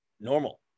normal